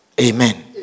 Amen